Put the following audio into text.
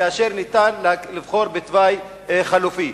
כאשר ניתן לבחור בתוואי חלופי.